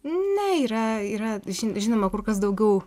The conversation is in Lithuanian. ne yra yra žinoma kur kas daugiau